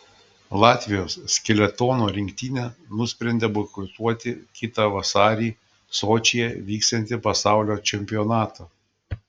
latvijos skeletono rinktinė nusprendė boikotuoti kitą vasarį sočyje vyksiantį pasaulio čempionatą